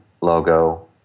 logo